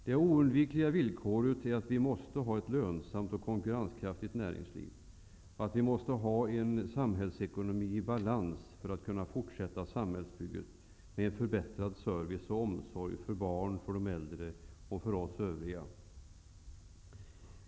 Det oudvikliga villkoret är att vi måste ha ett lönsamt och konkurreskraftigt näringsliv och en samhällsekonomi i balans för att kunna fortsätta samhällsbygget med förbättrad service och omsorg för barnen, de äldre och övriga.